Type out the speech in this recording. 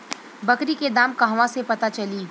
बकरी के दाम कहवा से पता चली?